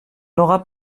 auras